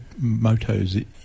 motos